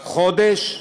חודש.